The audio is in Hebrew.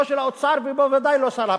לא של האוצר ובוודאי לא שר הפנים.